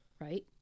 right